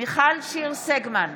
מיכל שיר סגמן,